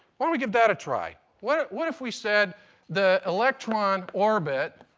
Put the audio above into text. why don't we give that a try? what what if we said the electronic orbit